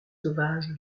sauvages